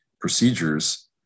procedures